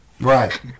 Right